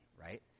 right